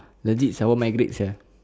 legit sia I will migrate sia